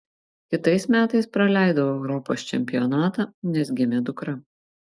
kitais metais praleidau europos čempionatą nes gimė dukra